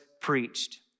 preached